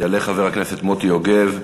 יעלה חבר הכנסת מוטי יוגב.